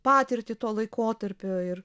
patirtį tuo laikotarpiu ir